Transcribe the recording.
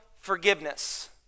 forgiveness